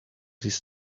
his